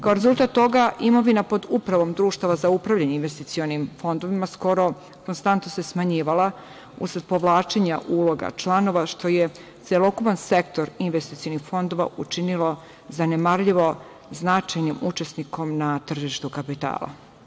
Kao rezultat toga, imovina pod upravom društava za upravljanje investicionim fondovima skoro konstantno se smanjivala, usred povlačenja uloga članova, što je celokupan sektor investicionih fondova učinilo zanemarljivo značajnim učesnikom na tržištu kapitala.